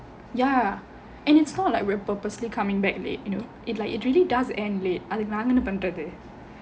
ya and it's not like we are purposely coming back late you know it it really does end late அதுக்கு நாங்க என்ன பண்றது:adhukku naan enna pandrathu